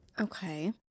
Okay